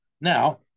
Now